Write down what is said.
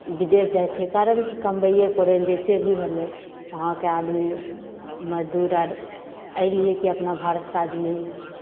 बिदेश जाइत छै कारण की कमबैये करै लऽ जैसे भी होलै वहाँके आदमी मजदूर आर एहि लिए कि अपना भारतके आदमी